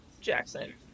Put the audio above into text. Jackson